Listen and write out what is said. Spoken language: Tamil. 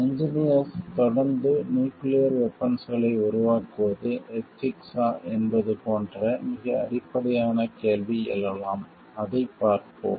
இன்ஜினியர்ஸ் தொடர்ந்து நியூக்கிளியர் வெபன்ஸ்களை உருவாக்குவது எதிக்ஸ்யா என்பது போன்ற மிக அடிப்படையான கேள்வி எழலாம் அதைப் பார்ப்போம்